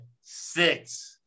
six